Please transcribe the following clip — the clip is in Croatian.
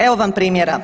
Evo vam primjera.